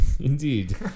Indeed